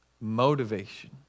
motivation